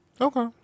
Okay